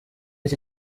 iki